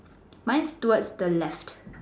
mine's towards the left